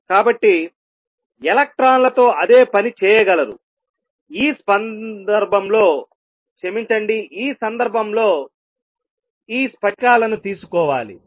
కాబట్టి ఎలక్ట్రాన్లతో అదే పని చేయగలరు ఈ సందర్భంలో ఈ స్ఫటికాలను తీసుకోవాలి